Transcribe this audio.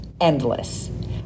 endless